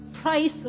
price